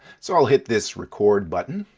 so, i'll hit this record button.